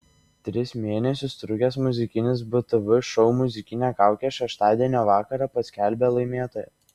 tris mėnesius trukęs muzikinis btv šou muzikinė kaukė šeštadienio vakarą paskelbė laimėtoją